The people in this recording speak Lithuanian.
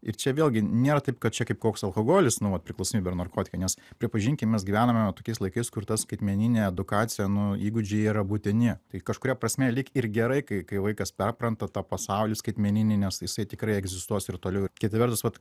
ir čia vėlgi nėra taip kad čia kaip koks alkoholis nu vat priklausomybė ar narkotikai nes pripažinkim mes gyvename va tokiais laikais kur ta skaitmeninė edukacija nu įgūdžiai yra būtini tai kažkuria prasme lyg ir gerai kai kai vaikas perpranta tą pasaulį skaitmeninį nes jisai tikrai egzistuos ir toliau kita vertus vat